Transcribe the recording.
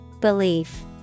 Belief